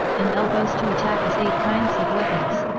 and elbows to attack as eight kinds of weapons.